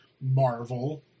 Marvel